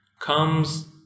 comes